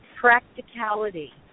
practicality